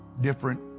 different